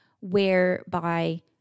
whereby